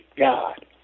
god